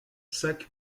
sac